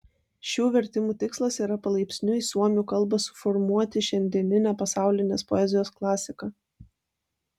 šių vertimų tikslas yra palaipsniui suomių kalba suformuoti šiandieninę pasaulinės poezijos klasiką